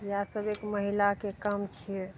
इएह सब एक महिलाके काम छियै